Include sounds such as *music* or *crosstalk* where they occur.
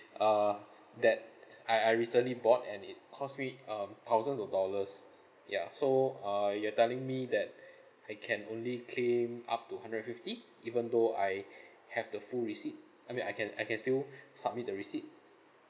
uh that I I recently bought and it cost me um thousands of dollars *breath* ya so err you are telling me that *breath* I can only claim up to hundred and fifty even though I *breath* have the full receipt I mean I can I can still *breath* submit the receipt